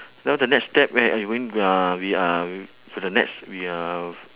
now the next step when uh mm uh we are we for the next we are